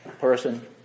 person